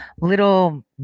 little